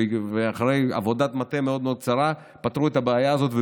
ואחרי עבודת מטה מאוד מאוד קצרה פתרו את הבעיה הזאת,